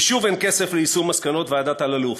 כי שוב אין כסף ליישום מסקנות ועדת אלאלוף.